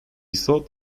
thought